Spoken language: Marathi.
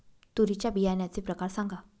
तूरीच्या बियाण्याचे प्रकार सांगा